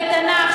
לתנ"ך,